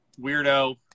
weirdo